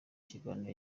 kiganiro